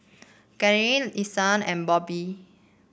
Gaither Isai and Bobbi